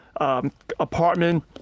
Apartment